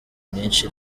myinshi